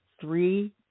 three